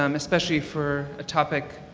um especially for a topic